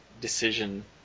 decision